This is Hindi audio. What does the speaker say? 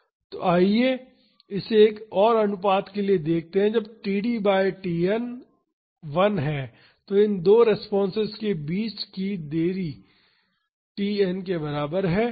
तो आइए इसे एक और अनुपात के लिए देखते हैं जब td बाई Tn 1 है तो इन दो रेस्पॉन्सेस के बीच की देरी Tn के बराबर है